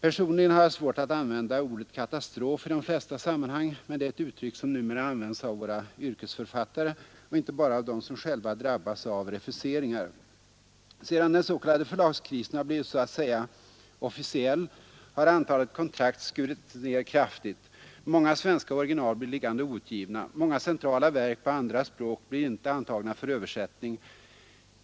Personligen har jag i de flesta sammanhang svårt att använda ordet katastrof, men det är ett uttryck yrkesförfattare — inte bara av dem som själva drabbas av refuseringar. Sedan den s.k. förlagskrisen har blivit så att säga officiell har antalet kontrakt skurits ner kraftigt. Många svenska original blir liggande outgivna. Många centrala verk på andra språk blir inte antagna för översättning.